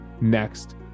next